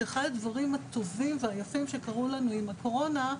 שאחד הדברים הטובים והיפים שקרו לנו עם הקורונה,